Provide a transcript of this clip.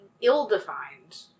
ill-defined